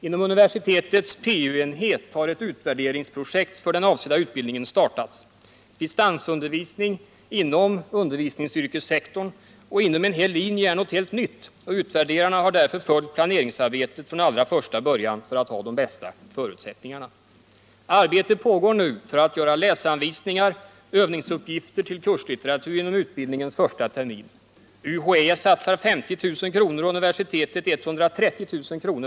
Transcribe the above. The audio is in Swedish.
Inom universitetets PU-enhet har ett utvärderingsprojekt för den avsedda utbildningen startats. Distansundervisning inom undervisningsyrkessektorn och inom en hel linje är något helt nytt, och utvärderarna har därför följt planeringsarbetet från allra första början för att ha de bästa förutsättningarna. Arbete pågår nu med att göra läsanvisningar, övningsuppgifter m.m. till kurslitteratur inom utbildningens första termin. UHÄ satsar 50 000 kr. och universitetet 130000 kr.